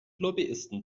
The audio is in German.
lobbyisten